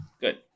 Good